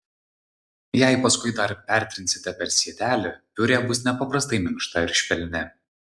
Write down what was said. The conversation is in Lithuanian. jei paskui dar pertrinsite per sietelį piurė bus nepaprastai minkšta ir švelni